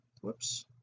Whoops